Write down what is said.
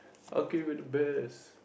okay we're the best